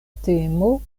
temo